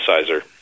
sizer